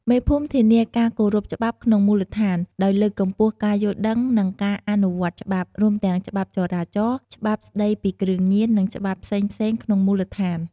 មេភូមិធានាការគោរពច្បាប់ក្នុងមូលដ្ឋាន ដោយលើកកម្ពស់ការយល់ដឹង និងការអនុវត្តច្បាប់ រួមទាំងច្បាប់ចរាចរណ៍ ច្បាប់ស្ដីពីគ្រឿងញៀន និងច្បាប់ផ្សេងៗក្នុងមូលដ្ឋាន។